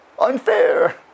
unfair